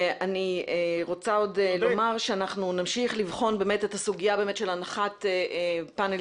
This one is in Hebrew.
אני רוצה עוד לומר שאנחנו נמשיך לבחון את הסוגיה של הנחת פאנלים